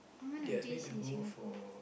they ask me to go for